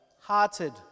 hearted